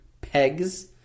pegs